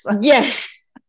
Yes